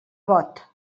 bot